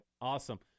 Awesome